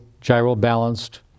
gyro-balanced